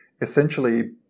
essentially